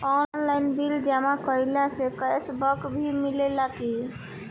Online bill जमा कईला से कैश बक भी मिलेला की?